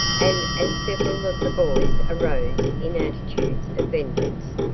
and as several of the boys arose in attitudes of vengeance,